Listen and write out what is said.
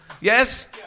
Yes